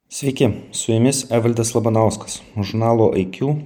sveiki su jumis evaldas labanauskas žurnalo ai kju